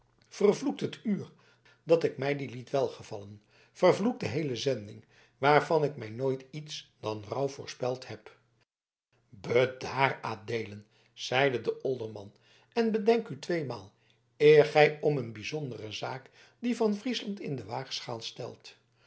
vervloekt het uur dat ik mij die liet welgevallen vervloekt de heele zending waarvan ik mij nooit iets dan rouw voorspeld heb bedaar adeelen zeide de olderman en bedenk u tweemalen eer gij om een bijzondere zaak die van friesland in de weegschaal stelt